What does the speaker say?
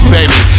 Baby